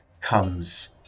comes